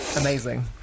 Amazing